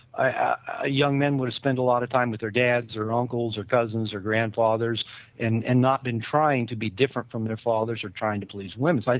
ah young men spent a lot of time with her dads or uncles or cousins or grandfathers and and not been trying to be different from their fathers or trying to please women. like